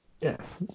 Yes